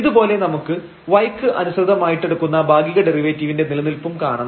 ഇതുപോലെ നമുക്ക് y ക്ക് അനുസൃതമായിട്ടെടുക്കുന്ന ഭാഗിക ഡെറിവേറ്റീവിന്റെ നിലനിൽപ്പും കാണണം